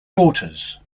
daughters